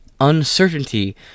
uncertainty